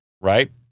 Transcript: Right